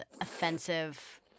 offensive